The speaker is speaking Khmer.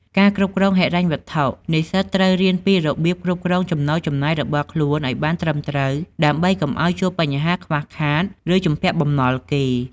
ការគ្រប់គ្រងហិរញ្ញវត្ថុ និស្សិតត្រូវរៀនពីរបៀបគ្រប់គ្រងចំណូលចំណាយរបស់ខ្លួនឲ្យបានត្រឹមត្រូវ ដើម្បីកុំឲ្យជួបបញ្ហាខ្វះខាត ឬជំពាក់បំណុលគេ។